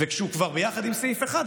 וכשהוא כבר ביחד עם סעיף 1,